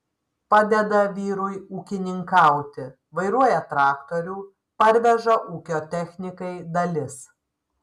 padeda vyrui ūkininkauti vairuoja traktorių parveža ūkio technikai dalis